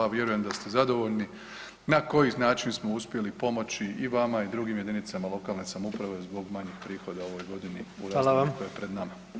A vjerujem da st zadovoljni na koji način smo uspjeli pomoći i vama i drugim jedinicama lokalne samouprave zbog manjih prihoda u ovoj godini u razdoblju koje je pred nama.